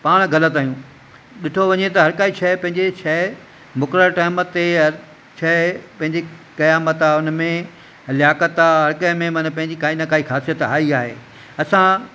पाण ग़लति आहियूं ॾिठो वञे त हर काई शइ पंहिंजे शइ मुक़ररु टाइम ते छा आहे पंहिंजी क़यामत ख़े उन में लियाकत आहे हर कंहिं में मन पंहिंजी काई न काई ख़ासियत आहे ई आहे असां